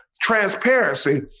transparency